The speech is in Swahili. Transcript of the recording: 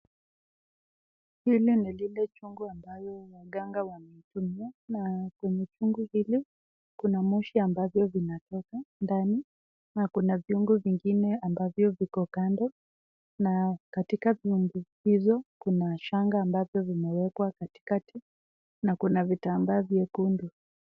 Lile ni lile chungu ambalo waganga wanatumia na chungu hilo kuna moshi ambavyo unatoka ndani na kuna viungo vingine ambavyo viko kando na katika chungu hizo kuna shanga ambazo zimewekwa katikati na kuna vitambaa vyekundu.